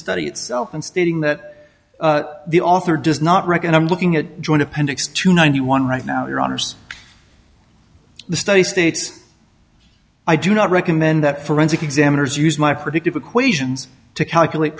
study itself and stating that the author does not reckon i'm looking at joint appendix to ninety one right now your honour's the study states i do not recommend that forensic examiners use my predictive equations to calculate